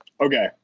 Okay